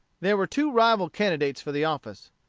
there were two rival candidates for the office,